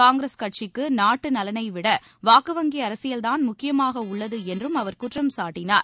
காங்கிரஸ் கட்சிக்கு நாட்டு நலனைவிட வாக்கு வங்கி அரசியல்தான் முக்கியமாக உள்ளது என்றும் அவர் குற்றம் சாட்டினார்